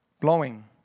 blowing